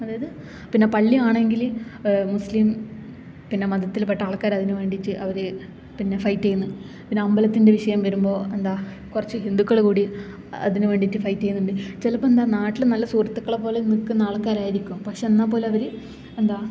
അതായത് പിന്നെ പള്ളി ആണെങ്കിൽ മുസ്ലീം പിന്നെ മതത്തില്പ്പെട്ട ആള്ക്കാർ അതിനു വേണ്ടീട്ടു അവർ പിന്നെ ഫൈറ്റ് ചെയ്യുന്നു പിന്നെ അമ്പലത്തിന്റെ വിഷയം വരുമ്പോൾ എന്താ കുറച്ചു ഹിന്ദുക്കൾ കൂടി അതിനു വേണ്ടീട്ടു ഫൈറ്റ് ചെയ്യുന്നുണ്ട് ചിലപ്പോൾ എന്താ നാട്ടിൽ നല്ല സുഹൃത്തുക്കളെ പോലെ നിൽക്കുന്ന ആള്ക്കാരായിരിക്കും പക്ഷെ എന്നാൽ പോലും അവർ എന്താ